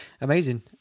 Amazing